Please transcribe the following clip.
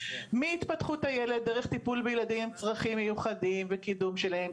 מהתפתחות הילד דרך טיפול בילדים עם צרכים מיוחדים וקידום שלהם,